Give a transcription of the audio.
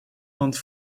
want